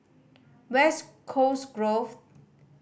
West Coast Grove